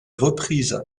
reprise